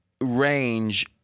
range